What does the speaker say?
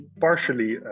partially